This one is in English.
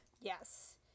Yes